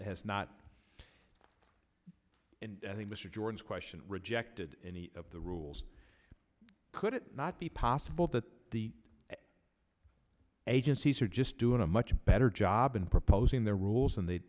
has not and i think mr jordan's question rejected any of the rules could it not be possible that the agencies are just doing a much better job in proposing the rules and th